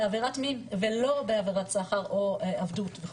בעבירות מין ולא בעבירת סחר או עבדות.